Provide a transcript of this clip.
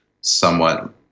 somewhat